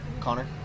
Connor